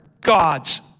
God's